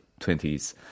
20s